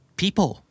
people